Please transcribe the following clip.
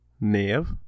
Nev